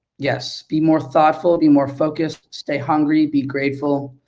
yes, be more thoughtful, be more focused, stay hungry, be grateful,